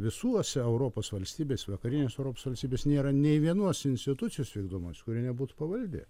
visuose europos valstybėse vakarinės europos valstybėse nėra nei vienuos institucijos vykdomos kuri nebūtų pavaldi